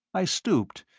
i stooped,